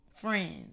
friends